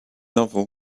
novel